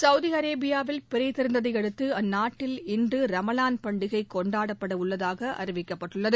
Saudi அரேபியாவில் பிறை தெரிந்ததை அடுத்து அந்நாட்டில் இன்று ரமலான் பண்டிகை கொண்டாடப்படவுள்ளதாக அறிவிக்கப்பட்டுள்ளது